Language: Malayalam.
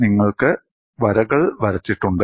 നിങ്ങൾക്ക് വരകൾ വരച്ചിട്ടുണ്ട്